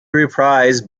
reprised